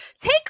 take